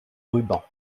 ruban